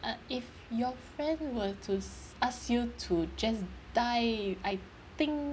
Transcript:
uh if your friend were to ask you to just die I thi~